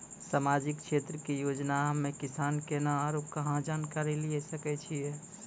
समाजिक क्षेत्र के योजना हम्मे किसान केना आरू कहाँ जानकारी लिये सकय छियै?